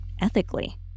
ethically